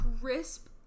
crisp